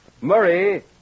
Murray